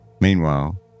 Meanwhile